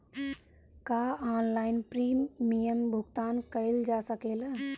का online premium भुगतान कईल जा सकेला?